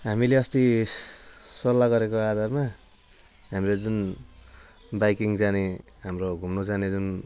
हामीले अस्ति सल्लाह गरेको आधारमा हाम्रो जुन बाइकिङ जाने हाम्रो घुम्नु जाने जुन